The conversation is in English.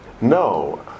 No